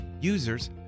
Users